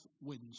wins